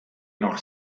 nach